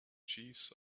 chiefs